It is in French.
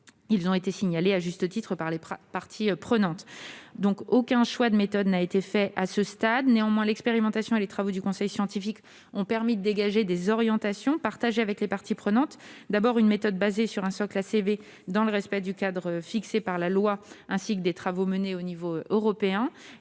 qui ont été signalés à juste titre par les parties prenantes. Aucun choix de méthode n'a été fait à ce stade. Néanmoins, l'expérimentation et les travaux du conseil scientifique ont permis de dégager des orientations, partagées avec les parties prenantes. La méthode doit, tout d'abord, reposer sur un socle ACV, dans le respect du cadre fixé par la loi et par les travaux menés à l'échelle européenne.